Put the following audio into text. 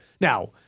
Now